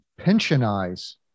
pensionize